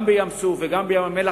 גם בים-סוף וגם בים-המלח,